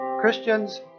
Christians